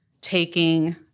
taking